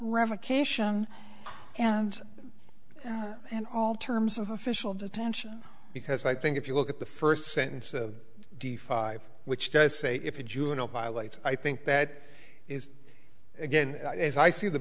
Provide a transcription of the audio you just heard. revocation and and all terms of official detention because i think if you look at the first sentence of the five which does say if a juvenile violates i think that again as i see the